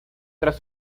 tras